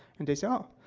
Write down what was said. and they say, oh,